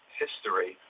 history